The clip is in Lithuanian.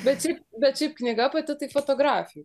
bet šiaip bet šiaip knyga pati tai fotografijų